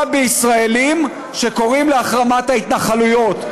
בישראלים שקוראים להחרמת ההתנחלויות.